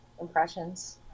impressions